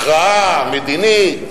הכרעה מדינית,